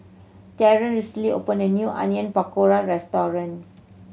Terence recently opened a new Onion Pakora Restaurant